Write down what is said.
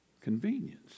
convenience